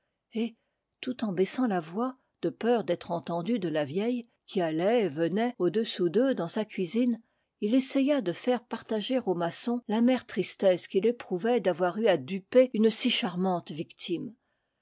et tout en baissant la voix de peur d'être entendu de la vieille qui allait et venait au-dessous d'eux dans sa cuisine il essaya de faire partager au maçon l'amère tristesse qu'il éprouvait d'avoir eu à duper une si charmante victime